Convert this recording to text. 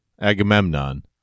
Agamemnon